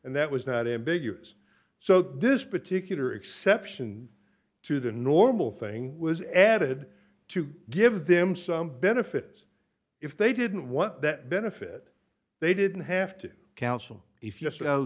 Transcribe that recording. and that was not ambiguous so this particular exception to the normal thing was added to give them some benefits if they didn't want that benefit they didn't have to council if y